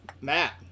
Matt